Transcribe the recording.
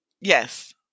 Yes